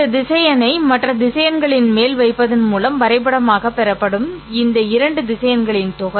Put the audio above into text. இந்த திசையனை மற்ற திசையன்களின் மேல் வைப்பதன் மூலம் வரைபடமாக பெறப்படும் இந்த இரண்டு திசையன்களின் தொகை